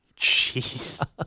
Jeez